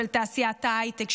של תעשיית ההייטק,